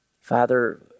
Father